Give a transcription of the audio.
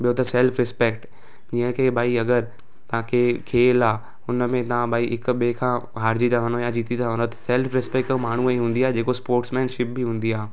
ॿियो त self respect हीअं की भाई अगरि तव्हांखे खेलु आहे हुन में तव्हां ॿई हिकु ॿिए खां हारिजी था वञो या जीती था वञो त सैल्फ रिस्पैकट माण्हू ई हूंदी आहे जेको स्पोट्समैनशिप बि हूंदी आहे